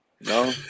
no